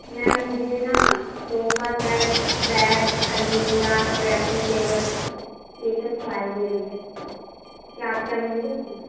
میم مجھے نا sofa set bed المیرا ڈریسنگ ٹیبل یہ سب چاہیے مجھے کیا آپ کے یہاں مِل جائیں گی